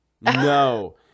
No